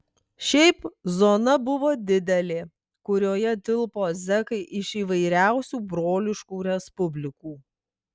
šiaip zona buvo didelė kurioje tilpo zekai iš įvairiausių broliškų respublikų